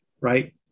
right